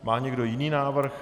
Má někdo jiný návrh?